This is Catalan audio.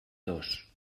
dos